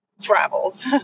Travels